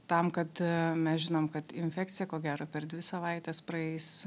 tam kad mes žinom kad infekcija ko gero per dvi savaites praeis